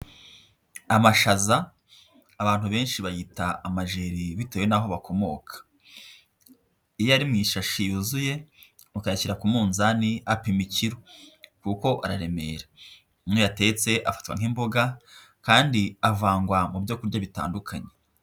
Amashaza, abantu benshi bayita amajeri bitewe n'aho bakomoka, iyo ari mu ishashi yuzuye, ukayashyira ku munzani apima ikiro kuko araremera, iyo uyatetse afatwa nk'imboga kandi avangwa mu byo kurya bitandukanye.